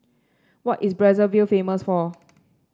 what is Brazzaville famous for